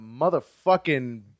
motherfucking